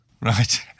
Right